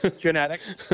Genetics